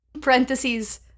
parentheses